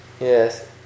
Yes